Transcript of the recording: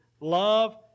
Love